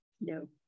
no